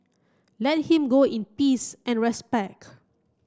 let him go in peace and respect